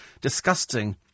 Disgusting